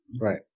Right